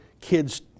kids